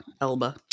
Elba